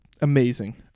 amazing